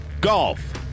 Golf